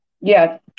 Yes